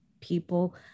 people